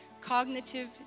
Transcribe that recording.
Cognitive